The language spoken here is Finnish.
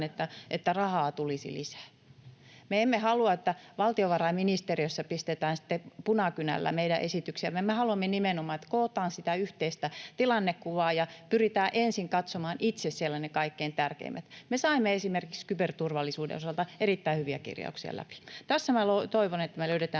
että rahaa tulisi lisää. Me emme halua, että valtiovarainministeriössä pistetään sitten punakynällä meidän esityksiämme. Me haluamme nimenomaan, että kootaan sitä yhteistä tilannekuvaa ja pyritään ensin katsomaan itse siellä ne kaikkein tärkeimmät. Me saimme esimerkiksi kyberturvallisuuden osalta erittäin hyviä kirjauksia läpi. Tässä minä toivon, että me löydämme